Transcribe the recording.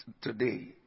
today